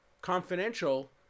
confidential